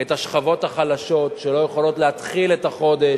את השכבות החלשות שלא יכולות להתחיל את החודש,